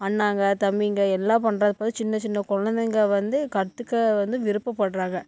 அண்ணாங்க தம்பிங்க எல்லாம் பண்ணுறத பார்த்து சின்ன சின்ன குழந்தைங்க வந்து கற்றுக்க வந்து விருப்பப்படுறாங்க